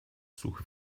suche